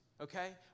Okay